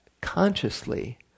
consciously